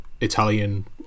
Italian